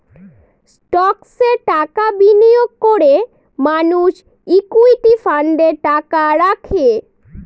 স্টকসে টাকা বিনিয়োগ করে মানুষ ইকুইটি ফান্ডে টাকা রাখে